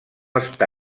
està